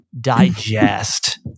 digest